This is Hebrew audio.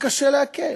קשה לעכל.